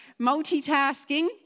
multitasking